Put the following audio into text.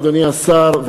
אדוני השר,